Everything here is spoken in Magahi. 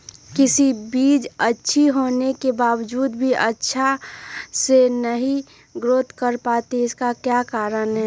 कभी बीज अच्छी होने के बावजूद भी अच्छे से नहीं ग्रोथ कर पाती इसका क्या कारण है?